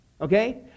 okay